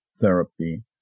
therapy